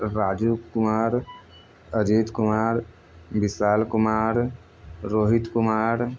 Rajiv Kumar Ajit Kumar Vishal Kumar Rohit Kumar